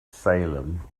salem